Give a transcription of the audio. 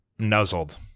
nuzzled